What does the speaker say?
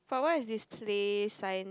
but what is this play sign